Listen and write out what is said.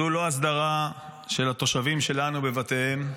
זו לא הסדרה של התושבים שלנו בבתיהם.